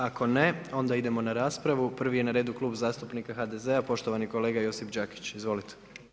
Ako ne, onda idemo na raspravu, prvi je na redu Klub zastupnika HDZ-a poštovani kolega Josip Đakić, izvolite.